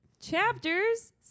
Chapters